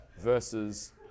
versus